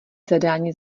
zadání